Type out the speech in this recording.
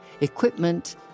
equipment